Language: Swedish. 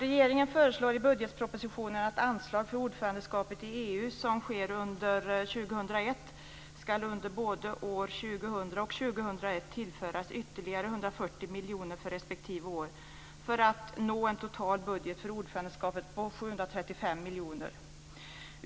Regeringen föreslår i budgetpropositionen att anslaget för ordförandeskapet i EU, som sker under 2001, ska under både 2000 och 2001 tillföras ytterligare 140 miljoner för respektive år för att nå en total budget för ordförandeskapet på 735 miljoner.